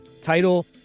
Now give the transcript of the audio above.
title